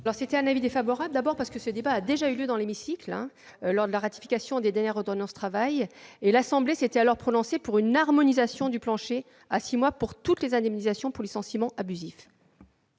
? Avis défavorable. Ce débat a déjà eu lieu dans l'hémicycle, lors de la ratification des dernières ordonnances Travail. Notre assemblée s'était alors prononcée pour une harmonisation du plancher à six mois pour toutes les indemnisations pour licenciement abusif.